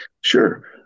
Sure